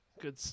Good